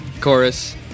chorus